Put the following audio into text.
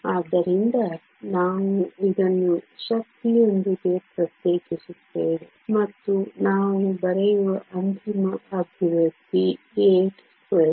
ಆದ್ದರಿಂದ ನಾವು ಇದನ್ನು ಶಕ್ತಿಯೊಂದಿಗೆ ಪ್ರತ್ಯೇಕಿಸುತ್ತೇವೆ ಮತ್ತು ನಾವು ಬರೆಯುವ ಅಂತಿಮ ಅಭಿವ್ಯಕ್ತಿ 8 √❑